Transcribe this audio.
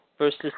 Versus